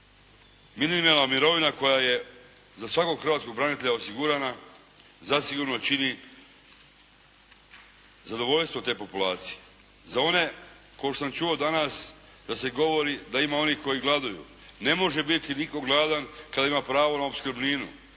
Minimalna mirovina koja je za svakog hrvatskog branitelja osigurana zasigurno čini zadovoljstvo te populacije. Za one, kao što sam čuo danas da se govori, da ima onih koji gladuju. Ne može biti nitko gladan kada ima pravo na opskrbninu,